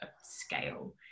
scale